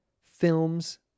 films